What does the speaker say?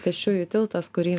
pėsčiųjų tiltas kurį